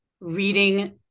reading